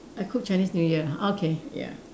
I cook Chinese new year ah okay ya